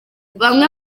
bamwe